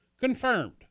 Confirmed